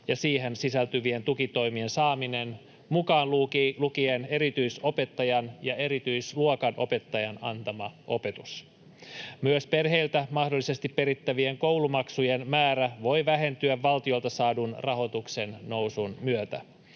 ja siihen sisältyvien tukitoimien saaminen mukaan lukien erityisopettajan ja erityisluokanopettajan antama opetus. Myös perheiltä mahdollisesti perittävien koulumaksujen määrä voi vähentyä valtiolta saadun rahoituksen nousun myötä.